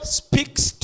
speaks